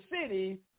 city